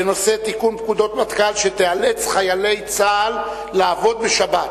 בנושא: תיקון פקודת מטכ"ל שיאלץ חיילי צה"ל לעבוד בשבת.